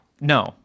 No